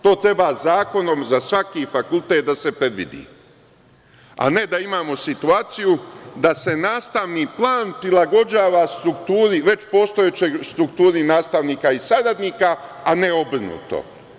To treba zakonom za svaki fakultet da se predvidi, a ne da imamo situaciju da se nastavni plan prilagođava već postojećoj strukturi nastavnika i saradnika, a ne obrnuto.